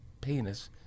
penis